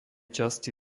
časti